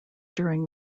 during